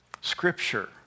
scripture